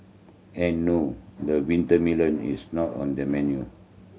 and no the winter melon is not on the menu